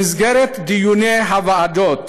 במסגרת דיוני הוועדות